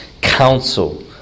counsel